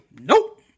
Nope